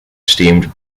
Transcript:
steamed